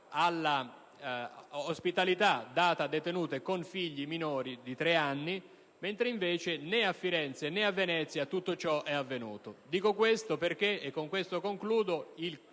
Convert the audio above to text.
all'ospitalità data a detenuti con figli minori di tre anni. Ma né a Firenze né a Venezia tutto ciò è avvenuto. Dico questo perché - e concludo